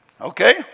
Okay